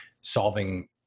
solving